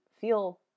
feel